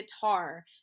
guitar